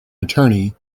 attorney